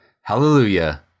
hallelujah